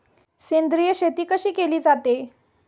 सेंद्रिय शेती कशी केली जाते?